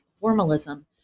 formalism